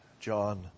John